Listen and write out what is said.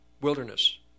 wilderness